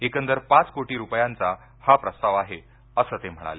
एकंदर पाच कोटी रुपयांचा हा प्रस्ताव आहे अस ते म्हणाले